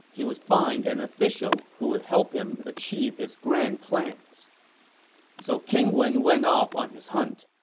he would find an official who would help him achieve his grand plans so king wen went off on his hunt,